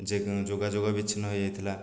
ଯୋଗ ଯୋଗାଯୋଗ ବିଚ୍ଛିନ୍ନ ହେଇଯାଇଥିଲା